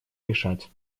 решать